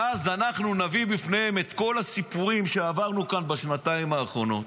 ואז אנחנו נביא בפניהם את כל הסיפורים שעברנו כאן בשנתיים האחרונות,